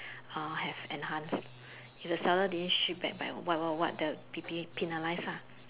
uh have enhanced if the seller didn't ship back by what what what the they be be penalised ah